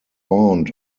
aunt